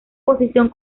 posición